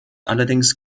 allerdings